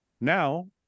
Now